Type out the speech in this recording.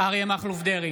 אריה מכלוף דרעי,